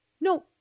No